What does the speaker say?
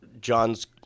John's